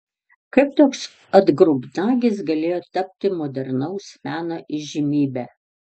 kaip toks atgrubnagis galėjo tapti modernaus meno įžymybe